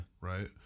Right